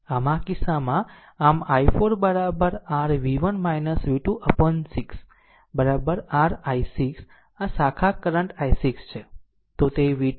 આમ આ કિસ્સામાં આમ i4 r v1 v2 upon 6 r i6 આ શાખા કરંટ i6 છે